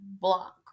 Block